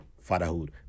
fatherhood